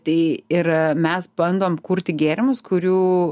tai ir mes bandom kurti gėrimus kurių